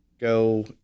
go